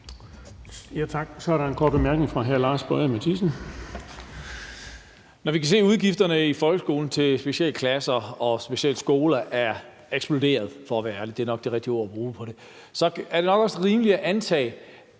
Tak. Så er der en kort bemærkning fra hr. Lars Boje Mathiesen. Kl. 17:22 Lars Boje Mathiesen (UFG): Når vi kan se, at udgifterne i folkeskolen til specialklasser og specialskoler er eksploderet – det er for at være ærlig nok det rigtige ord at bruge om det – så er det nok også rimeligt at antage,